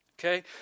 okay